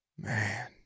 man